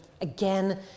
again